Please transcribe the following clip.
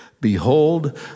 Behold